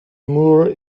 moor